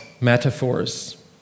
metaphors